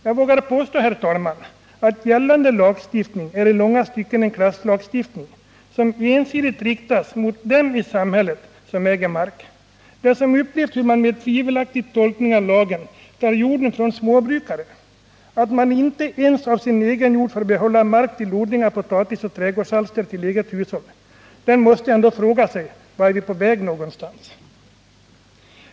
Jag vågar påstå, herr talman, att gällande lagstiftning är i långa stycken en klasslagstiftning, som ensidigt riktas mot dem i samhället som äger mark. Den som upplevt hur man med en tvivelaktig tolkning av lagen tar jorden från småbrukare, hur man inte ens av sin egen jord får behålla mark till odling av potatis och trädgårdsalster till eget hushåll, den måste ändå fråga sig vart vi är på väg.